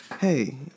Hey